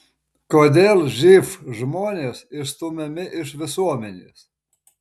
kodėl živ žmonės išstumiami iš visuomenės